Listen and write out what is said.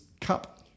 cup